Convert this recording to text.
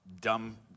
dumb